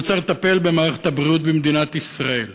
הוא צריך לטפל במערכת הבריאות במדינת ישראל.